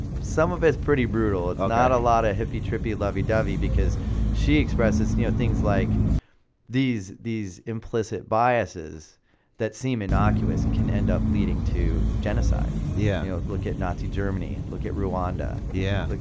some of it's pretty brutal, it's not a lot of hippy trippy, lovey dovey because she expresses you know things like these these implicit biases that seem innocuous, can end up leading to genocide. yeah yeah look at nazi germany, look at rwanda. yeah like